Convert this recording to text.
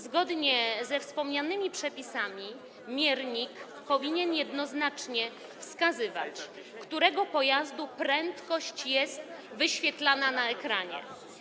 Zgodnie ze wspomnianymi przepisami miernik powinien jednoznacznie wskazywać, którego pojazdu prędkość jest wyświetlana na ekranie.